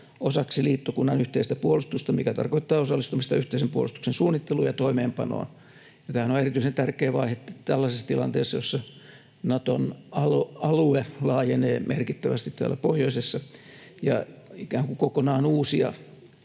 osaksi liittokunnan yhteistä puolustusta, mikä tarkoittaa osallistumista yhteisen puolustuksen suunnitteluun ja toimeenpanoon. Tämähän on erityisen tärkeä vaihe tällaisessa tilanteessa, jossa Naton alue laajenee merkittävästi täällä pohjoisessa ja ikään kuin kokonaan uusia